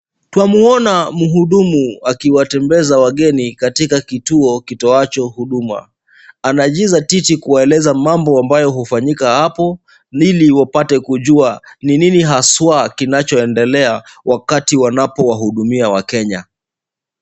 Twamuona mhudumu akiwatembeza wageni katika kituo kitoacho huduma. Anajizatiti kueleza mambo ambayo hufanyika hapo ili wapate kujua ni nini haswa kinachoendelea wakati wanapowahudumia wakenya.